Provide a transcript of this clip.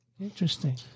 Interesting